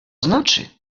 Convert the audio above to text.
znaczy